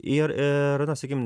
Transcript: ir ir na sakim